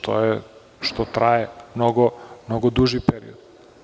To je nešto što traje mnogo duži period.